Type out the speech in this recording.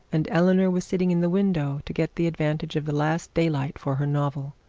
and eleanor was sitting in the window to get the advantage of the last daylight for her novel.